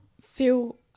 feel